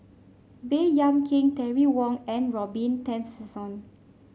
Baey Yam Keng Terry Wong and Robin Tessensohn